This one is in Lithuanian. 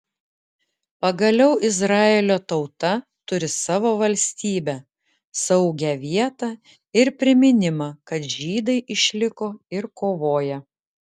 pagaliau izraelio tauta turi savo valstybę saugią vietą ir priminimą kad žydai išliko ir kovoja